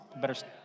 Better